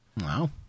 Wow